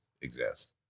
exist